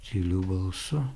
tyliu balsu